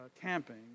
camping